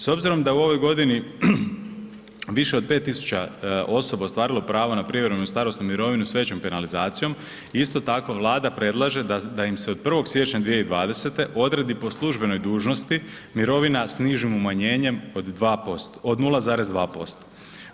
S obzirom da u ovoj godini više od 5000 osoba je ostvarilo pravo na prijevremenu i starosnu mirovinu s većom penalizacijom, isto tako Vlada predlaže da im se od 1. siječnja 2020. odredi po službenoj dužnosti mirovina s nižim umanjenjem od 0,2%